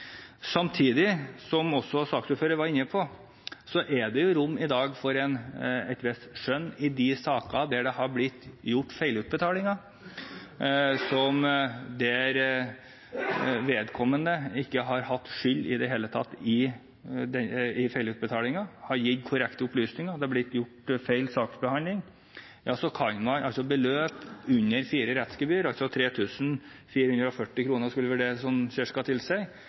Samtidig – som også saksordføreren var inne på – er det rom i dag for et visst skjønn i de sakene der det har blitt gjort feilutbetalinger, der vedkommende ikke i det hele tatt har hatt skyld i feilutbetalingen, men har gitt korrekte opplysninger, og der det har blitt gjort feil i saksbehandlingen. Her kan da beløp under fire rettsgebyr – det skulle